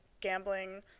gambling